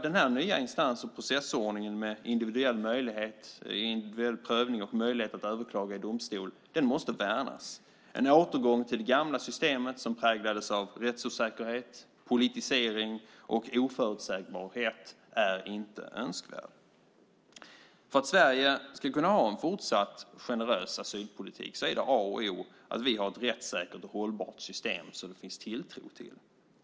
Den nya instans och processordningen med individuell prövning och möjlighet att överklaga i domstol måste värnas. En återgång till det gamla systemet, som präglades av rättsosäkerhet, politisering och oförutsägbarhet, är inte önskvärd. För att Sverige ska kunna ha en fortsatt generös asylpolitik är det A och O att vi har ett rättssäkert och hållbart system som det finns tilltro till.